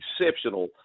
exceptional